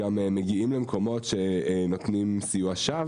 אלא גם מגיעים למקומות שנותנים סיוע שווא